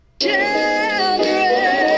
children